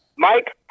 Mike